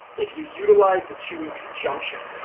if you utilize the two in conjunction,